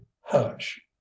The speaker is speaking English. hush